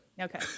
Okay